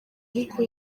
ariko